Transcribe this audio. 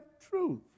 truth